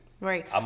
Right